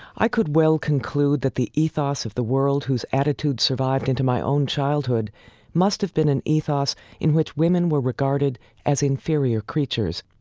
i could well conclude that the ethos of the world whose attitude survived into my own childhood must have been an ethos in which women were regarded as inferior creatures,